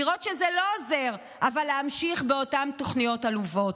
לראות שזה לא עוזר אבל להמשיך באותן תוכניות עלובות,